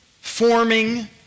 forming